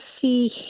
see